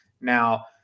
Now